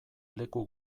leku